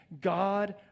God